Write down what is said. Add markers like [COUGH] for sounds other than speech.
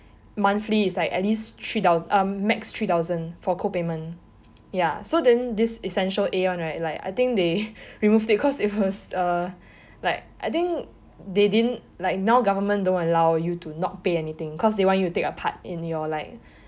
monthly is like at least three thou~ um max three thousand for co-payment ya so then this essential A [one] right I think they removed it [LAUGHS] because it was uh like I think they didn't like now government don't allow you to not pay anything because they want you to take a part in your like